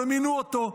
מינו אותו,